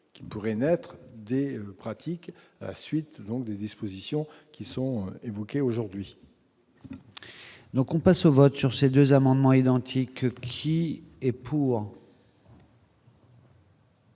qui pourraient naître des pratiques suite donc des dispositions qui sont évoquées aujourd'hui. Donc, on passe au vote sur ces 2 amendements identiques qui est pour.